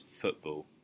football